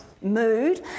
Mood